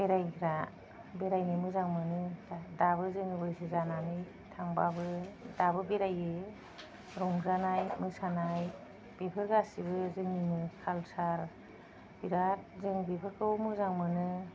बेरायग्रा बेरायनो मोजां मोनो दा दाबो जोङो बैसो जानानै थांबाबो दाबो बेरायो रंजानाय मोसानाय बेफोर गासैबो जोंनिनो कालचार बिराद जों बेफोरखौ मोजां मोनो